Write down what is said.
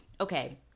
okay